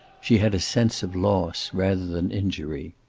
she had a sense of loss, rather than injury.